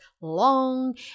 long